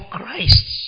Christ